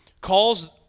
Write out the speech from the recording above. calls